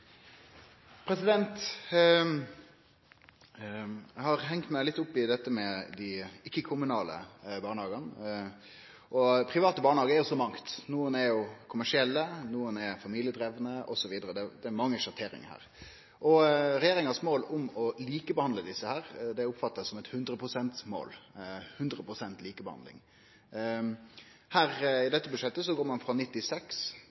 til. Eg har hengt meg litt opp i dette med dei ikkje-kommunale barnehagane. Private barnehagar er jo så mangt – nokon er kommersielle, nokon er familiedrivne, osv. Det er mange sjatteringar her. Regjeringas mål om å likebehandle desse oppfattar eg som eit 100 pst. mål – 100 pst. likebehandling. Her i dette budsjettet går ein frå 96